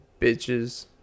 bitches